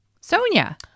Sonia